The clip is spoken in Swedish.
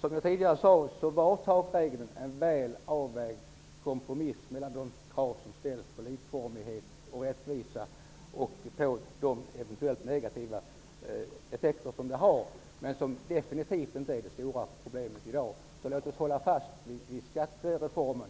Som jag tidigare sade var takregeln en väl avvägd kompromiss mellan de krav som ställts på likformighet och rättvisa och de eventuellt negativa effekter som de innebär. Men den är definitivt inte det stora problemet i dag. Så låt oss hålla fast vid skattereformen.